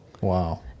Wow